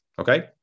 Okay